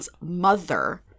mother